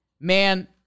Man